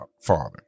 father